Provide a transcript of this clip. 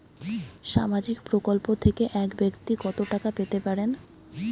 সামাজিক প্রকল্প থেকে এক ব্যাক্তি কত টাকা পেতে পারেন?